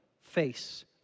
face